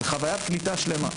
אלא חוויית קליטה שלמה.